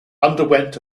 underwent